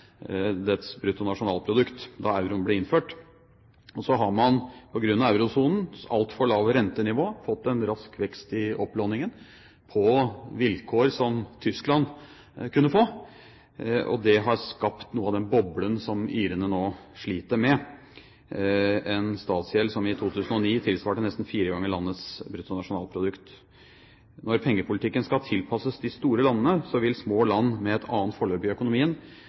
da euroen ble innført. Så har man, på grunn av eurosonens altfor lave rentenivå, fått en rask vekst i opplåningen på vilkår som Tyskland kunne få. Det har skapt noe av den boblen som irene nå sliter med – en statsgjeld som i 2009 tilsvarte nesten fire ganger landets bruttonasjonalprodukt. Når pengepolitikken skal tilpasses de store landene, vil de små landene, med et annet forløp i økonomien,